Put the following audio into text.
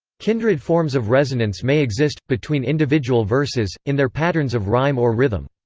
kindred forms of resonance may exist, between individual verses, in their patterns of rhyme or rhythm.